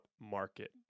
market